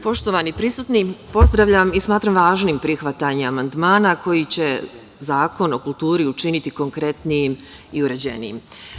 Poštovani prisutni, pozdravljam i smatram važnim prihvatanje amandmana koji će Zakon o kulturi učiniti konkretnijim i uređenijim.